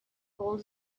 gold